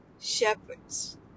shepherds